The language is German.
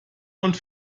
und